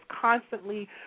constantly